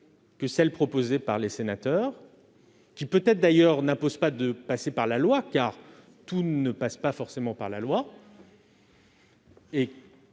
que celles proposées par les sénateurs, qui d'ailleurs n'imposent pas de passer par la loi, car tout ne passe pas forcément par la loi,